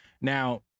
Now